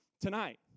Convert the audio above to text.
tonight